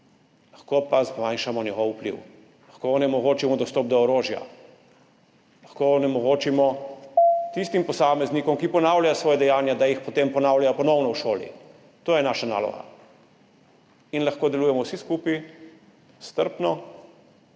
Lahko pa zmanjšamo njegov vpliv, lahko onemogočimo dostop do orožja, lahko onemogočimo tistim posameznikom, ki ponavljajo svoja dejanja, da jih potem ponavljajo ponovno v šoli. To je naša naloga. In lahko delujemo vsi skupaj strpno